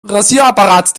rasierapparat